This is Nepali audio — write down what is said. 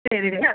हेऱ्यो हैन